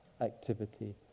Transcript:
activity